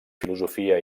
filosofia